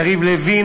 יריב לוין,